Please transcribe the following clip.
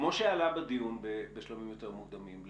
כמו שעלה בדיון בשלבים יותר מוקדמים,